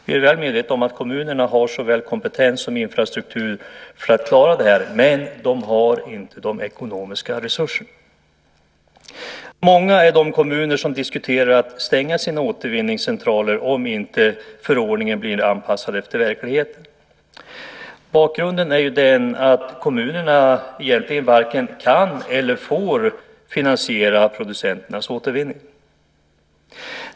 Vi är väl medvetna om att kommunerna har såväl kompetens som infrastruktur för att klara det här, men de har inte de ekonomiska resurserna. Många är de kommuner som diskuterar att stänga sina återvinningscentraler om inte förordningen blir anpassad efter verkligheten. Bakgrunden är ju den att kommunerna egentligen varken kan eller får finansiera producenternas återvinning.